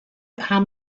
how